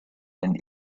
and